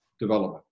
development